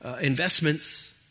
investments